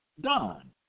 done